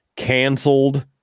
canceled